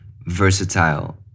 versatile